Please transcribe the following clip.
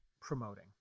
promoting